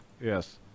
Yes